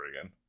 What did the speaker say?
again